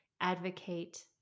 Advocate